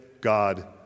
God